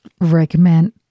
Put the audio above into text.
recommend